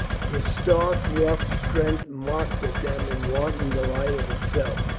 his stark, rough strength mocked at them in wanton delight of itself.